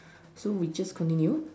so we just continue